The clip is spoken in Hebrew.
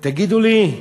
תגידו לי,